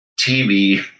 TV